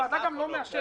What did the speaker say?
הוועדה גם לא מאשרת.